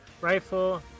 rifle